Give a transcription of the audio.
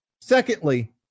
Secondly